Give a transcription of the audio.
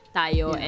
tayo